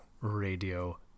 Radio